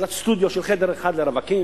דירת סטודיו של חדר אחד לרווקים,